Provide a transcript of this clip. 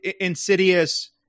insidious